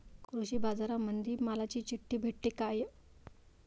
कृषीबाजारामंदी मालाची चिट्ठी भेटते काय?